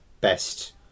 best